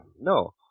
No